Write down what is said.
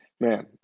man